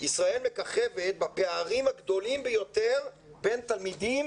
ישראל "מככבת" בפערים הגדולים ביותר בין תלמידים